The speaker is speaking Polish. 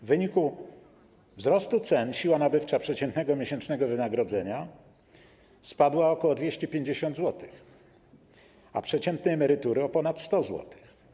W wyniku wzrostu cen siła nabywcza przeciętnego miesięcznego wynagrodzenia spadła o ok. 250 zł, a przeciętnej emerytury o ponad 100 zł.